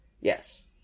Yes